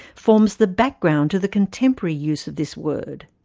forms the background to the contemporary use of this word.